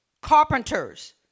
carpenters